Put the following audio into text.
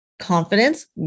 confidence